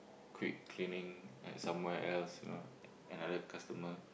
quick cleaning like somewhere else you know another customer